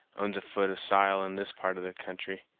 owns a foot of sile in this part of the country.